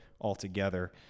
altogether